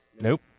Nope